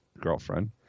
girlfriend